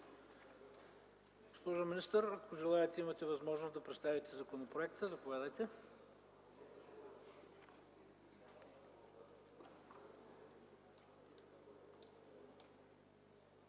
Госпожо министър, ако желаете, имате възможност да представите законопроекта. Заповядайте.